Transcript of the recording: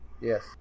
Yes